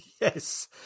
Yes